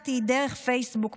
דרך פייסבוק,